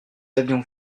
avions